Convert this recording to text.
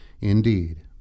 Indeed